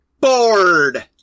Bored